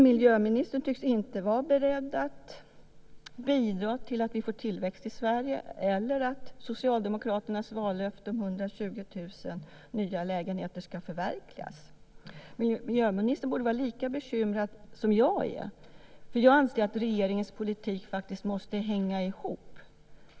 Miljöministern tycks inte vara beredd att bidra till att vi får tillväxt i Sverige eller att Socialdemokraternas vallöfte om 120 000 nya lägenheter ska förverkligas. Miljöministern borde vara lika bekymrad som jag är. Jag anser att regeringens politik faktiskt måste hänga ihop.